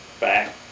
back